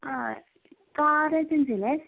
ആ car agency അല്ലെ